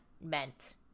meant